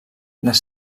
les